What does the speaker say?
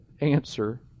answer